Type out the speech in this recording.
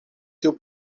tiu